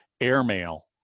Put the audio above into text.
AirMail